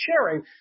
sharing